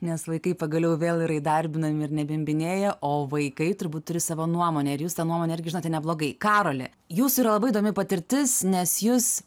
nes vaikai pagaliau vėl yra įdarbinami ir nebimbinėja o vaikai turbūt turi savo nuomonę ir jūs tą nuomonę irgi žinote neblogai karoli jūsų yra labai įdomi patirtis nes jūs